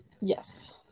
yes